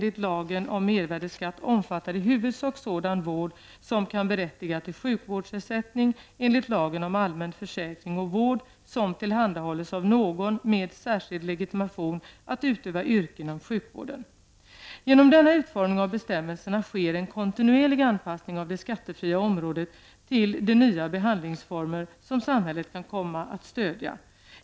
Genom denna utformning av bestämmelserna sker en kontinuerlig anpassning av det skattefria området till de nya behandlingsformer som samhället kan komma att stödja.